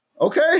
Okay